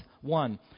One